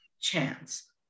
chance